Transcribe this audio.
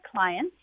clients